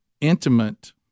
intimate